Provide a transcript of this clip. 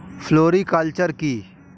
Floriculture কি?